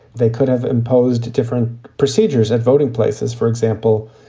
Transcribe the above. they could have imposed different procedures at voting places, for example,